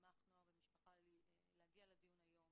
מראש מחלקת נוער ומשפחה להגיע לדיון היום .